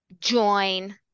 join